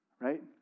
right